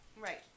Right